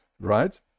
Right